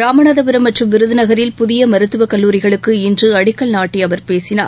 ராமநாதபுரம் மற்றும் விருதுநகரில் புதிய மருத்துவக் கல்லூரிகளுக்கு இன்று அடிக்கல் நாட்டி அவர் பேசினார்